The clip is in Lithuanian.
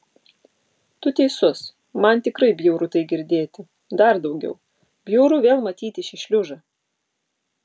tu teisus man tikrai bjauru tai girdėti dar daugiau bjauru vėl matyti šį šliužą